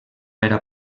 era